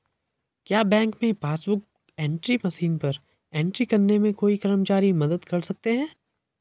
क्या बैंक में passbook book entry machine पर एंट्री करने में कोई कर्मचारी मदद कर सकते हैं?